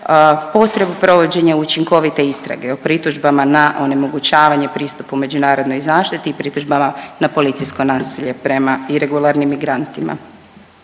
potrebu provođenja učinkovite istrage o pritužbama na onemogućavanje pristupa u međunarodnoj zaštiti i pritužbama na policijsko nasilje prema iregularnim migrantima.